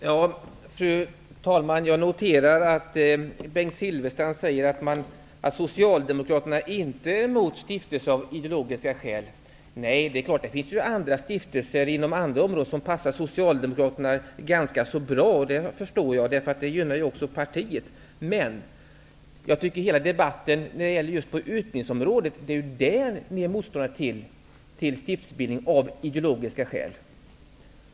Fru talman! Jag noterar att Bengt Silfverstrand säger att Socialdemokraterna inte är emot stiftelser av ideologiska skäl. Nej, det är klart, det finns andra stiftelser inom andra områden som passar Socialdemokraterna ganska bra. Det förstår jag, eftersom det också gynnar partiet. Men det är på utbildningsområdet som ni är motståndare till stiftelsebildning av ideologiska skäl.